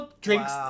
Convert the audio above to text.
drinks